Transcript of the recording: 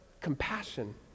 compassion